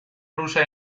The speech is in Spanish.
rusa